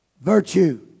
virtue